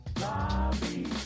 lobby